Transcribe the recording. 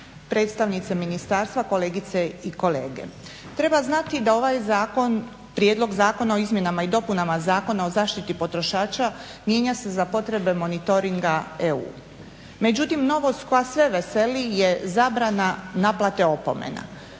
Predstavnice ministarstva, kolegice i kolege. Treba znati da ovaj prijedlog zakona o izmjenama i dopunama Zakona o zaštiti potrošača mijenja se za potrebe monitoringa EU. Međutim, novost koja sve veseli je zabrana naplate opomena.